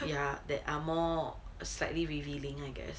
ya that are more a slightly revealing I guess